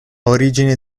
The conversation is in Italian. origine